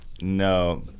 No